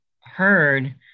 heard